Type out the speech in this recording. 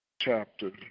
chapter